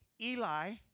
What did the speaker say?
Eli